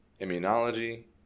immunology